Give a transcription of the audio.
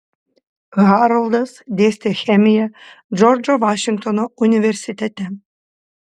haroldas dėstė chemiją džordžo vašingtono universitete